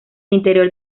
interior